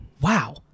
Wow